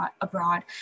abroad